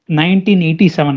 1987